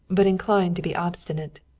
but inclined to be obstinate.